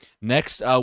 next